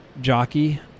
jockey